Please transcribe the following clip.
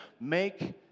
Make